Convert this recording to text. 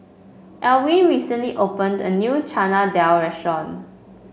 Elwin recently opened a new Chana Dal Restaurant